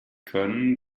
können